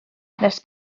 nes